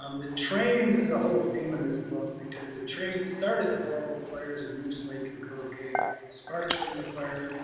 um the trains is a whole theme in this book because the train started the horrible fires of moose lake and cloquet, sparks from the fire